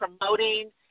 promoting